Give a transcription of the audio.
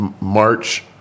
March